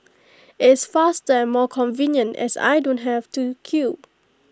IT is faster and more convenient as I don't have to queue